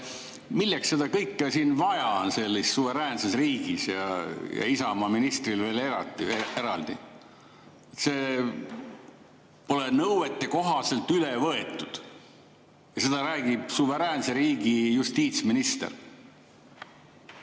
milleks seda kõike vaja on, suveräänses riigis ja Isamaa ministril veel eraldi. See pole nõuetekohaselt üle võetud. Ja seda räägib suveräänse riigi justiitsminister.